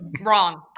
Wrong